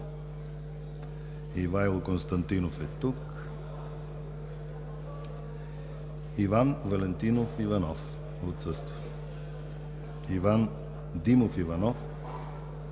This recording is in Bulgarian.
Константинов - тук Иван Валентинов Иванов - отсъства Иван Димов Иванов